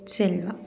Selva